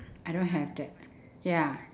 I don't have that ya